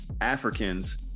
Africans